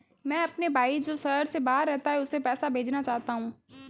मैं अपने भाई जो शहर से बाहर रहता है, उसे पैसे भेजना चाहता हूँ